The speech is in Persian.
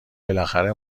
بالاخره